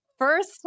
First